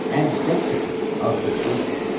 and destitute of the truth,